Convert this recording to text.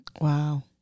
Wow